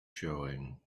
showing